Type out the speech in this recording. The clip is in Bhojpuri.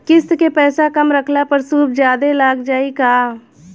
किश्त के पैसा कम रखला पर सूद जादे लाग जायी का?